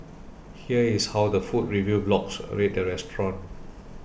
here is how the food review blogs rate the restaurant